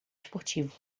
esportivo